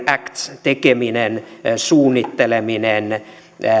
actin tekeminen suunnitteleminen